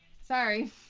Sorry